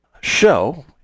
show